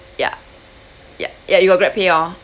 ya ya ya you got GrabPay hor